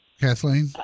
Kathleen